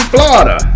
Florida